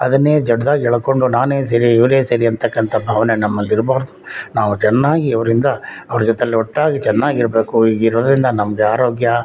ಅದನ್ನೇ ಜಡ್ದಾಗಿ ಎಳ್ಕೊಂಡು ನಾನೇ ಸರಿ ಇವನೇ ಸರಿ ಅಂತಕ್ಕಂಥ ಭಾವನೆ ನಮ್ಮಲ್ಲಿ ಇರಬಾರ್ದು ನಾವು ಚೆನ್ನಾಗಿ ಅವರಿಂದ ಅವ್ರ ಜೊತೆಲಿ ಒಟ್ಟಾಗಿ ಚೆನ್ನಾಗಿ ಇರಬೇಕು ಈಗ ಇರೋದರಿಂದ ನಮ್ದು ಆರೋಗ್ಯ